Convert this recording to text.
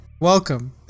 Welcome